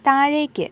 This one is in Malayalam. താഴേക്ക്